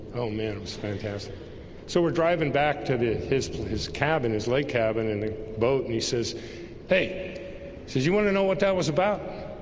oh, man. it was fantastic so we're driving back to the his his cabin his lake cabin and the boat and he says hey says you want to know what that was about.